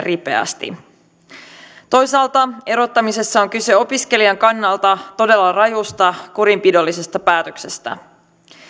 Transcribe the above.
ripeästi puuttumista toisaalta erottamisessa on kyse opiskelijan kannalta todella rajusta kurinpidollisesta päätöksestä